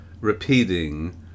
repeating